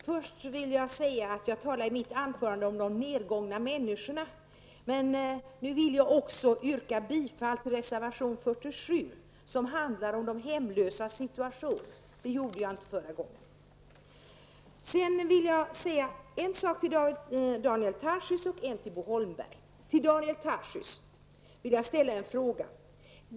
Herr talman! Jag talade i mitt anförande om de nergångna människorna. Jag yrkar nu också bifall till reservation 47 som handlar om de hemlösas situation. Det gjorde jag inte i mitt förra anförande. Jag vill ställa en fråga till Daniel Tarschys.